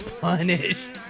punished